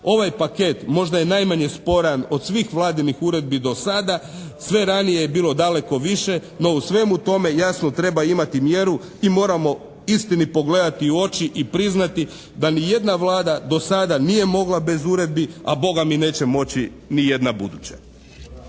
ovaj paket možda je najmanje sporan od svih vladinih uredbi do sada. Sve ranije je bilo daleko više no u svemu tome jasno treba imati mjeru i moramo istini pogledati u oči i priznati da ni jedna Vlada do sada nije mogla bez uredbi, a Boga mi neće moći ni jedna buduća.